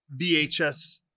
VHS